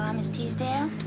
um miss teasdale.